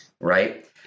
right